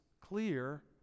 clear